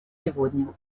сегодня